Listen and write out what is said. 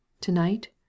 tonight